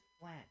flat